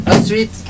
Ensuite